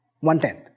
One-tenth